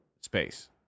space